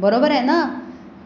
बरोबर आहे ना